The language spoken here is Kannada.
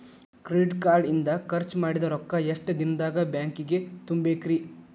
ಕ್ರೆಡಿಟ್ ಕಾರ್ಡ್ ಇಂದ್ ಖರ್ಚ್ ಮಾಡಿದ್ ರೊಕ್ಕಾ ಎಷ್ಟ ದಿನದಾಗ್ ಬ್ಯಾಂಕಿಗೆ ತುಂಬೇಕ್ರಿ?